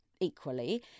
Equally